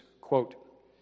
quote